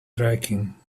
tracking